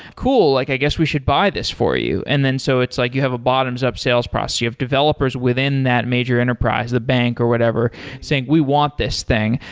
cool! like i guess we should buy this for you, and then so it's like you have a bottoms up sales processes. you have developers within that major enterprise, the bank or whatever saying, we want this thing.